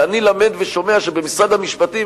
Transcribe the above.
ואני למד ושומע שבמשרד המשפטים,